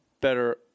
better